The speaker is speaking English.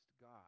God